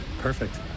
Perfect